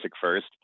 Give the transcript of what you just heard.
first